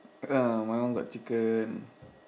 ah my one got chicken